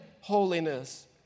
holiness